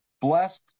blessed